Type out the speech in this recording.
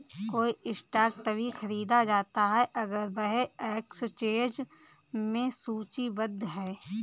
कोई स्टॉक तभी खरीदा जाता है अगर वह एक्सचेंज में सूचीबद्ध है